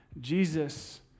Jesus